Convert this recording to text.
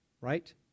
Right